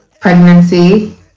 pregnancy